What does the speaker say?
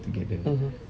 mmhmm